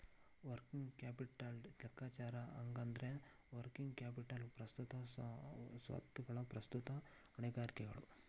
working ಕ್ಯಾಪಿಟಲ್ದ್ ಲೆಕ್ಕಾಚಾರ ಹೆಂಗಂದ್ರ, ವರ್ಕಿಂಗ್ ಕ್ಯಾಪಿಟಲ್ ಪ್ರಸ್ತುತ ಸ್ವತ್ತುಗಳು ಪ್ರಸ್ತುತ ಹೊಣೆಗಾರಿಕೆಗಳು